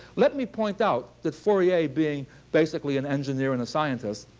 let me point out that, fourier, being basically an engineer and a scientist,